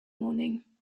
morning